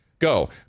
go